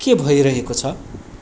के भइरहेको छ